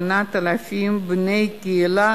8,000 בני קהילה,